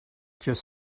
just